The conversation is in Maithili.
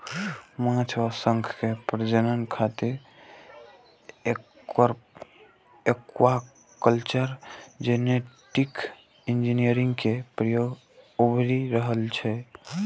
माछ आ शंख के प्रजनन खातिर एक्वाकल्चर जेनेटिक इंजीनियरिंग के प्रयोग उभरि रहल छै